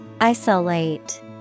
Isolate